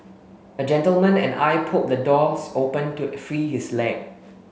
a gentleman and I pulled the doors open to free his leg